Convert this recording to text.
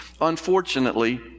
Unfortunately